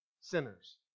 sinners